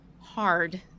hard